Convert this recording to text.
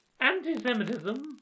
anti-semitism